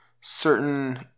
certain